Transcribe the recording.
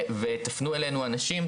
תפנו אלינו אנשים,